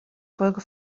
folge